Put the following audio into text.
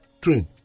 train